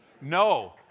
no